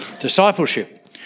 Discipleship